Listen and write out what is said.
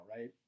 right